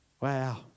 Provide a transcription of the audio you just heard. Wow